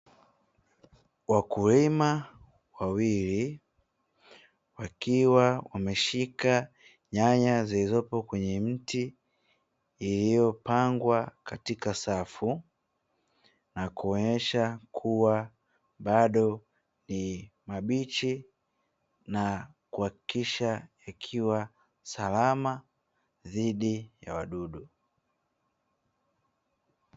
Wakulima wawili wakiwa wameshika nyanya zilizopo kwenye mti iliyopangwa katika safu, na kuonyesha kuwa bado ni mabichi na kuhakikisha ikiwa salama dhidi ya wadudu.